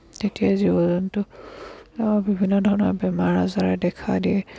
তেতিয়াই জীৱ জন্তু বিভিন্ন ধৰণৰ বেমাৰ আজাৰে দেখা দিয়ে